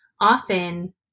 often